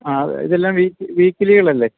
അ ഇതെല്ലാം ഈ വീക്ക്ലികളല്ലേ